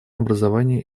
образование